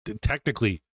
technically